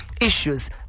issues